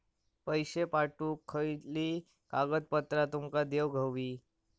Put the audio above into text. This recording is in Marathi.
पैशे पाठवुक खयली कागदपत्रा तुमका देऊक व्हयी?